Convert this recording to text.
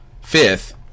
fifth